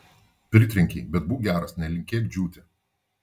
pritrenkei bet būk geras nelinkėk džiūti